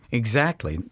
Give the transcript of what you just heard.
exactly.